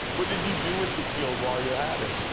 what did you do with the shield while you had it?